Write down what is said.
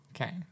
Okay